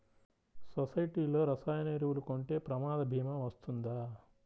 సొసైటీలో రసాయన ఎరువులు కొంటే ప్రమాద భీమా వస్తుందా?